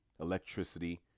electricity